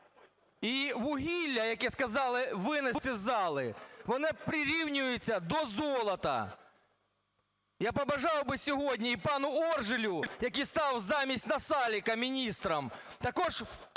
І вугілля, яке сказали винести з залу, воно прирівнюється до золота. Я побажав би сьогодні і пану Оржелю, який став замість Насалика міністром, також